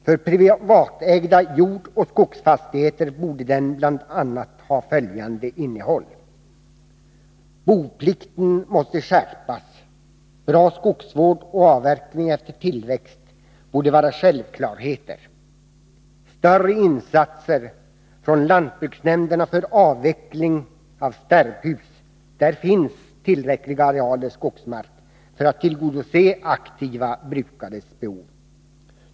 För privatägda jordbruksoch skogsfastigheter borde en sådan ha bl.a. följande innehåll: Boplikten måste skärpas. Bra skogsvård och avverkning efter tillväxt skall vara självklarheter. Lantbruksnämnderna måste göra större insatser för avveckling av sterbhus — där finns tillräckliga arealer skogsmark för att tillgodose aktiva brukares behov.